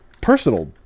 personal